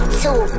two